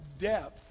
depth